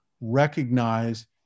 recognize